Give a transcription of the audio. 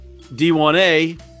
D1A